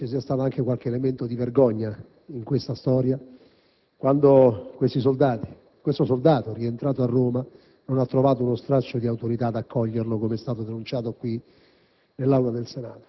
che credo ci sia stato anche qualche elemento di vergogna in questa storia. Questo soldato, rientrato a Roma, non ha trovato uno straccio di autorità ad accoglierlo, come è stato denunciato